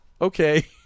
okay